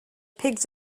pigs